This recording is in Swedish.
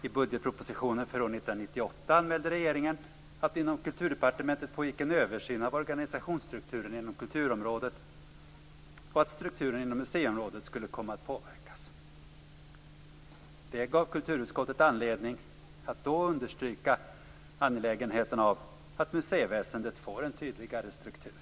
I budgetpropositionen för år 1998 anmälde regeringen att det inom Kulturdepartementet pågick en översyn av organisationsstrukturen inom kulturområdet och att strukturen inom museiområdet skulle komma att påverkas. Det gav kulturutskottet anledning att då understryka angelägenheten av att museiväsendet får en tydligare struktur.